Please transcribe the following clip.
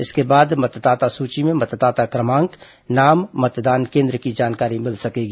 इसके बाद मतदाता सूची में मतदाता क्र मांक नाम मतदान केन द्र की जानकारी मिल सकेगी